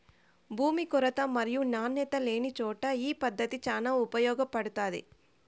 భూమి కొరత మరియు నాణ్యత లేనిచోట ఈ పద్దతి చాలా ఉపయోగపడుతాది